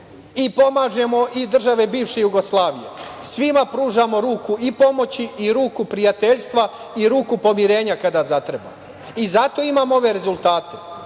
Pomažemo i države bivše Jugoslavije. Svima pružamo ruku i pomoći i ruku prijateljstva i ruku pomirenja kada zatreba i zato imamo ove rezultate,